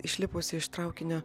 išlipusi iš traukinio